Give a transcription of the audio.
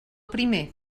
primer